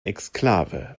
exklave